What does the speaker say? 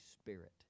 Spirit